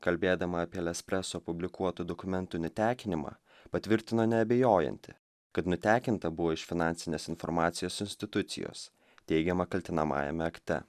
kalbėdama apie lespreso publikuotų dokumentų nutekinimą patvirtino neabejojanti kad nutekinta buvo iš finansinės informacijos institucijos teigiama kaltinamajame akte